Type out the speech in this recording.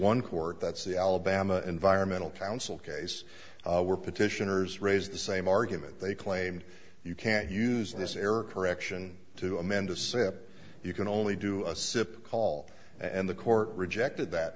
one court that's the alabama environmental counsel case were petitioners raise the same argument they claimed you can't use this error correction to amend a sip you can only do a sip call and the court rejected that